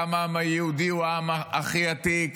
כמה העם היהודי הוא העם הכי עתיק,